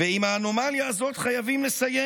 עם האנומליה הזאת חייבים לסיים.